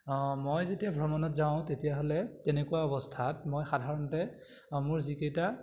মই যেতিয়া ভ্ৰমণত যাওঁ তেতিয়াহ'লে তেনেকুৱা অৱস্থাত মই সাধাৰণতে মোৰ যিকেইটা